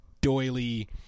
doily